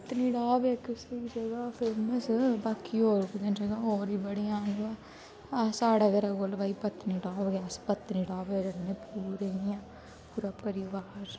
पत्नीटाप इक स्हेई जगह फेमस बाकी होर कुदै जगह होर बी बड़ियां न बा अस साढ़ै घरै कोल भाई पत्नीटाप गै पत्नीटाप गै जन्ने पूरे इ'यां पूरा परिवार